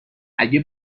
اگه